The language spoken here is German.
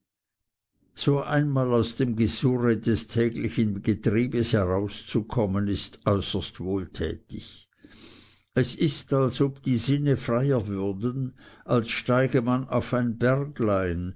so einmal aus dem gesurre des täglichen getriebes herauszukommen ist äußerst wohltätig es ist als ob die sinne freier würden als steige man auf ein